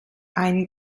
ein